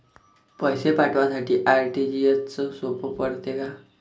पैसे पाठवासाठी आर.टी.जी.एसचं सोप पडते का?